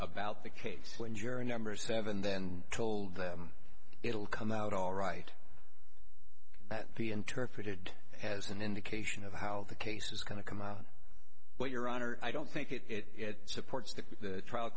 about the case when juror number seven then told them it'll come out all right that be interpreted as an indication of how the case is going to come out but your honor i don't think it it supports the trial